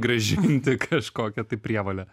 grąžinti kažkokią tai prievolę